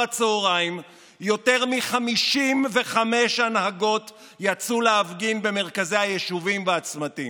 הצוהריים יותר מ-55 הנהגות יצאו להפגין במרכזי היישובים ובצמתים.